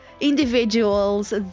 individuals